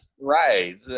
right